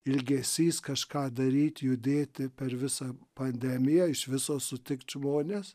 ilgesys kažką daryti judėti per visą pandemiją iš viso sutikt žmones